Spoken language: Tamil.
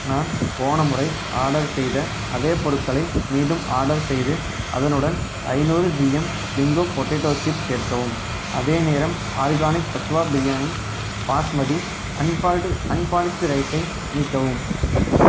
நான் போன முறை ஆர்டர் செய்த அதே பொருட்களை மீண்டும் ஆர்டர் செய்து அதனுடன் ஐநூறு G M bingo potato chips சேர்க்கவும் அதேநேரம் ஆர்கானிக் தத்வா பிரியாணி பாஸ்மதி அன்பாலிஷ்டு ரைஸை நீக்கவும்